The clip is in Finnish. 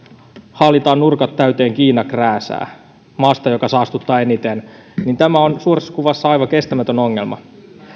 haalitaan nurkat täyteen kiina krääsää maasta joka saastuttaa eniten tämä on suuressa kuvassa aivan kestämätön ongelma